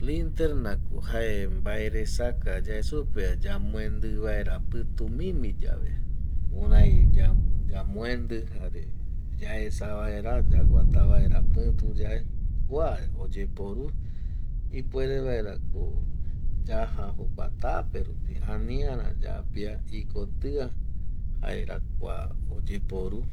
Linternako jae mbaeresaka yae supeva yamoendi vaera pïtumimbivi yave, kurai yamoendi jare yaesa vaera yaguata vaera pituyae, kua oyeporu ipuere vaerako yaja jokua taperupi aniara yaja ikotia jaera kua oyeporu